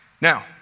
Now